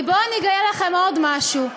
בואו אני אגלה לכם עוד משהו.